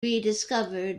rediscovered